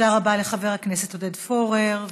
תודה רבה לחבר הכנסת עודד פורר.